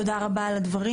תודה רבה על הדברים.